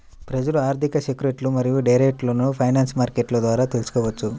ప్రజలు ఆర్థిక సెక్యూరిటీలు మరియు డెరివేటివ్లను ఫైనాన్షియల్ మార్కెట్ల ద్వారా తెల్సుకోవచ్చు